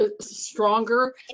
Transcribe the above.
stronger